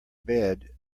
bed